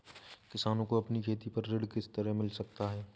किसानों को अपनी खेती पर ऋण किस तरह मिल सकता है?